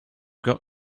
got